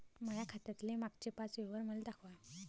माया खात्यातले मागचे पाच व्यवहार मले दाखवा